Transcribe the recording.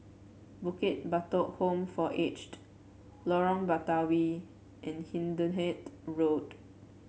Bukit Batok Home for Aged Lorong Batawi and Hindhede Road